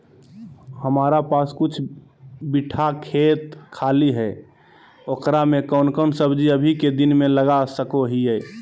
हमारा पास कुछ बिठा खेत खाली है ओकरा में कौन कौन सब्जी अभी के दिन में लगा सको हियय?